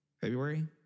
February